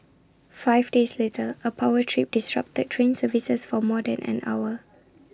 five days later A power trip disrupted train services for more than an hour